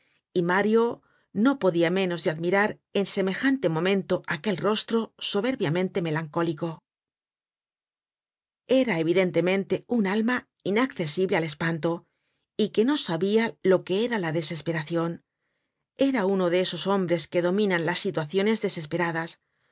y mario no podia menos de admirar en semejante momento aquel rostro soberbiamente melancólico era evidentemente un alma innaccesible al espanto y que no sabia lo que era la desesperacion era uno de esos hombres que dominan las situaciones desesperadas